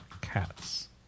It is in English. Cats